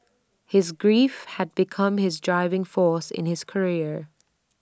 his grief had become his driving force in his career